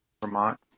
Vermont